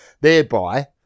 thereby